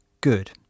good